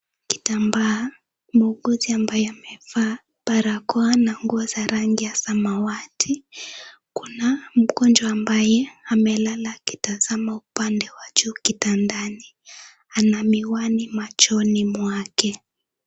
Kitambaa, muuguzi ambaye amevaa barakoa na nguo za rangi ya samawati. Kuna mgonjwa ambaye amelala akitazama upande wa juu kitandani. Ana miwani machoni mwake.